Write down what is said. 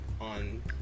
on